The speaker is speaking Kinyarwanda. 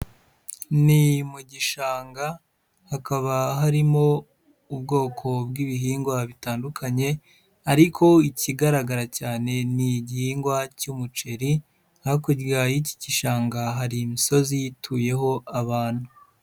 Ni mu gishanga hakaba harimo ubwoko bw'ibihingwa bitandukanye ariko ikigaragara cyane ni igihingwa cy'umuceri, hakurya y'iki gishanga hari imisozi ituyeho abantu.